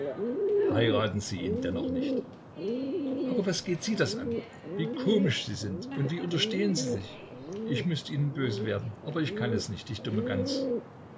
heiraten sie ihn dennoch nicht aber was geht das sie an wie komisch sind sie und wie unterstehen sie sich ich müßte ihnen böse werden aber ich kann es nicht ich dumme gans